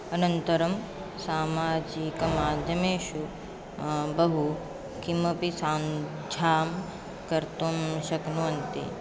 अनन्तरं सामाजिकमाध्यमेषु बहु किमपि संख्यां कर्तुं शक्नुवन्ति